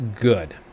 good